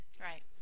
Right